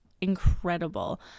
incredible